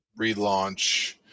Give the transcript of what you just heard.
relaunch